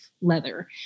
leather